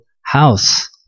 house